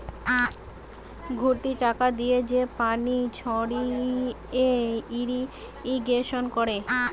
ঘুরতি চাকা দিয়ে যে পানি ছড়িয়ে ইরিগেশন করে